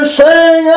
sing